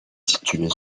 située